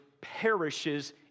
perishes